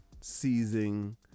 seizing